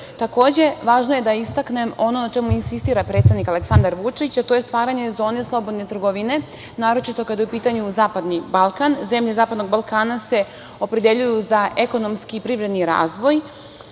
važno je da istaknem ono na čemu insistira predsednik Aleksandar Vučić, a to je stvaranje zone slobodne trgovine, naročito kada je u pitanju zapadni Balkan. Zemlje zapadnog Balkana se opredeljuju za ekonomski i privredni razvoj,